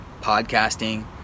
podcasting